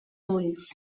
ulls